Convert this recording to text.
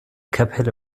kapelle